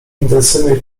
intensywnej